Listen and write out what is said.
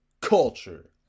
Culture